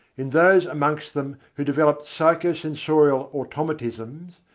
in those amongst them who develop psycho-sensorial automatisms,